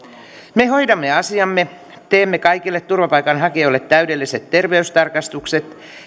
me hoidamme asiamme teemme kaikille turvapaikanhakijoille täydelliset terveystarkastukset